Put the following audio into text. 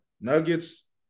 Nuggets